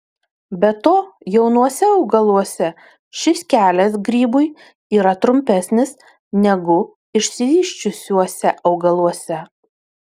be to jaunuose augaluose šis kelias grybui yra trumpesnis negu išsivysčiusiuose augaluose